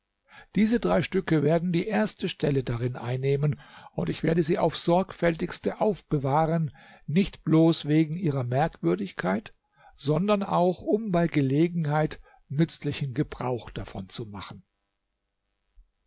diese drei stücke werden die erste stelle darin einnehmen und ich werde sie aufs sorgfältigste aufbewahren nicht bloß wegen ihrer merkwürdigkeit sondern auch um bei gelegenheit nützlichen gebrauch davon zu machen